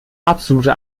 absolute